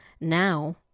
Now